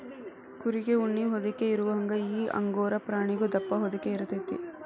ಕುರಿಗೆ ಉಣ್ಣಿ ಹೊದಿಕೆ ಇರುವಂಗ ಈ ಅಂಗೋರಾ ಪ್ರಾಣಿಗು ದಪ್ಪ ಹೊದಿಕೆ ಇರತತಿ